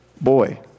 Boy